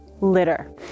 litter